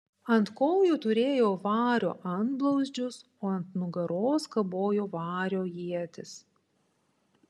ant kojų turėjo vario antblauzdžius o ant nugaros kabojo vario ietis